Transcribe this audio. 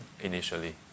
initially